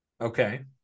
Okay